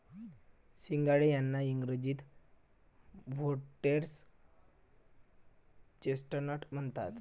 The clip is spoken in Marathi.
सिंघाडे यांना इंग्रजीत व्होटर्स चेस्टनट म्हणतात